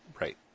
Right